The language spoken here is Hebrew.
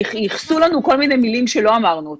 ייחסו לנו כל מיני מילים שלא אמרנו אותן.